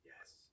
Yes